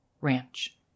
Ranch